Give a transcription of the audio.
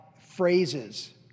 phrases